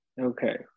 Okay